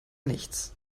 nichts